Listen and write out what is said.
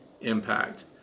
impact